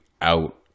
out